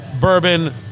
Bourbon